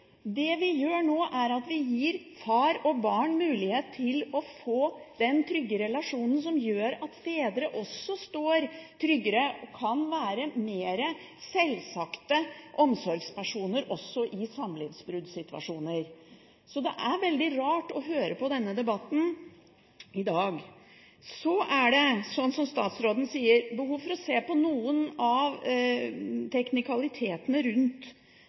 Det vi gjør nå, er at vi gir far og barn mulighet til å få den trygge relasjonen som gjør at fedre står tryggere og kan være mer selvsagte omsorgspersoner også i samlivsbruddsituasjoner. Så det er veldig rart å høre på denne debatten i dag. Så er det, som statsråden sier, behov for å se på noen av teknikalitetene rundt